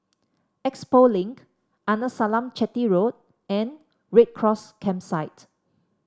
Expo Link Arnasalam Chetty Road and Red Cross Campsite